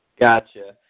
Gotcha